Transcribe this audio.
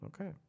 okay